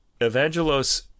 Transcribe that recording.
Evangelos